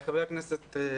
לדבריו של חבר הכנסת כסיף